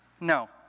No